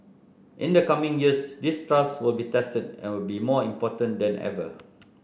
in the coming years this trust will be tested and will be more important than ever